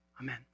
Amen